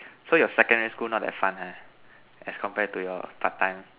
so your secondary school not as fun eh as compared to your part time